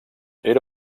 era